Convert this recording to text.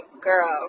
girl